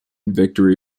victory